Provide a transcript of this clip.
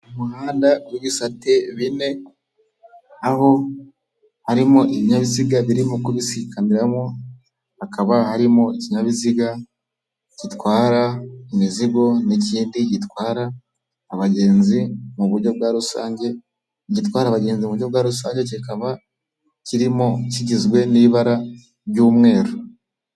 Umuhanda w'ibisate bine aho harimo ibinyabiziga birimo kubisikaniramo hakaba harimo ikinyabiziga gitwara imizigo n'ikindi gitwara abagenzi mu buryo bwa rusange, igitwara abagenzi mu buryo bwa rusange kikaba kirimo kigizwe n'ibara ry'umweru.